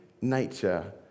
nature